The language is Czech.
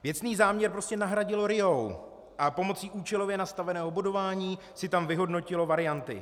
Věcný záměr prostě nahradil RIA a pomocí účelově nastaveného bodování si tam vyhodnotilo varianty.